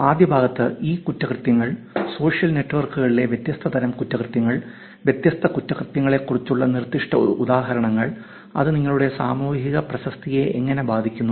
ആദ്യ ഭാഗത്ത് ഇ കുറ്റകൃത്യങ്ങൾ സോഷ്യൽ നെറ്റ്വർക്കുകളിലെ വ്യത്യസ്ത തരം കുറ്റകൃത്യങ്ങൾ വ്യത്യസ്ത കുറ്റകൃത്യങ്ങളെക്കുറിച്ചുള്ള നിർദ്ദിഷ്ട ഉദാഹരണങ്ങൾ അത് നിങ്ങളുടെ സാമൂഹിക പ്രശസ്തിയെ എങ്ങനെ ബാധിക്കുന്നു